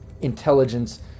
intelligence